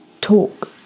talk